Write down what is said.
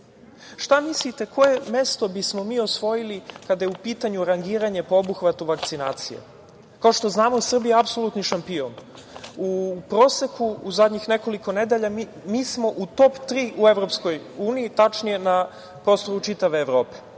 šta mislite koje mesto bismo mi osvojili kada je u pitanju rangiranje po obuhvatu vakcinacija? Kao što znamo, Srbija je apsolutni šampion. U proseku u zadnjih nekoliko nedelja mi smo u top tri u Evropskoj uniji, tačnije na prostoru čitave Evrope,